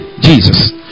Jesus